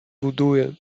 будує